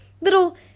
little